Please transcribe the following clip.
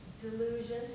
Delusion